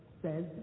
says